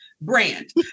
brand